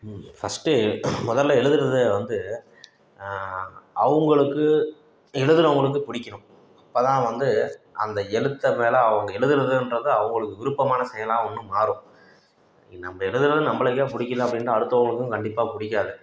first முதல்ல எழுதுறது வந்து அவங்களுக்கு எழுதுறவங்களுக்கு பிடிக்கணும் அப்போ தான் வந்து அந்த எழுத்து மேலே அவங்க எழுதுறதுன்றது அவங்களுக்கு விருப்பமான செயலாக ஒன்று மாறும் நம்ம எழுதுறது நம்மளுக்கே பிடிக்கல அப்படின்னா அடுத்தவர்களுக்கும் கண்டிப்பாக பிடிக்காது